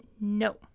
No